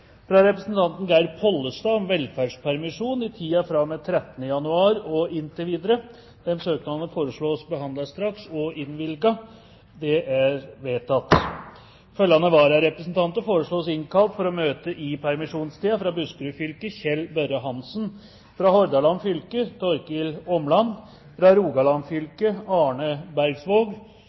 Fra representanten Geir Pollestad om velferdspermisjon i tiden fra og med 13. januar og inntil videre. Etter forslag fra presidenten ble enstemmig besluttet: 1. Søknadene behandles straks og innvilges. 2. Følgende vararepresentanter innkalles for å møte i permisjonstiden: For Buskerud fylke: Kjell Børre Hansen For Hordaland fylke: Torkil Åmland For Rogaland fylke: Arne Bergsvåg